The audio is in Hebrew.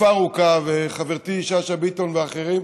תקופה ארוכה, חברתי שאשא ביטון ואחרים